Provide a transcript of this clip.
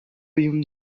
уюм